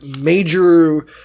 major –